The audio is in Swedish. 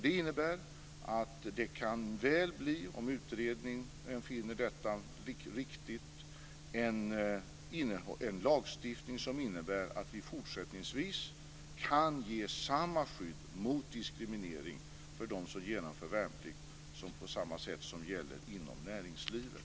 Det innebär att det, om utredningen finner detta riktigt, mycket väl kan bli en lagstiftning som innebär att vi fortsättningsvis kan ge samma skydd mot diskriminering för dem som genomför värnplikten som vad som gäller inom näringslivet.